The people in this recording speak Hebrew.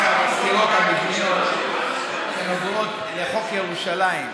על הסתירות המבניות שנוגעות לחוק ירושלים,